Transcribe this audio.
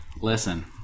Listen